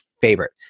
favorite